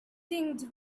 tinged